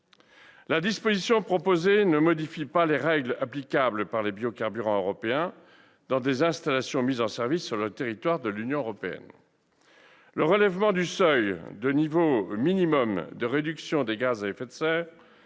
La disposition proposée ne modifie pas les règles applicables pour les biocarburants européens dans des installations mises en service sur le territoire de l'Union européenne : le relèvement du seuil de niveau minimum de réduction des gaz à effet de serre